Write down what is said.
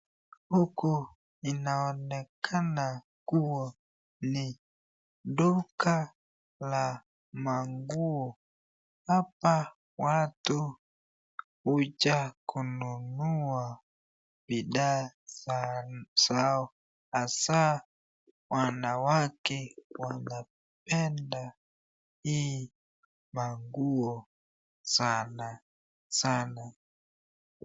Huku inaonekana kuwa duka la manguo . Hapa watu huja kununua bidhaa zao hasaa wanawake wanapenda hii manguo sana sana.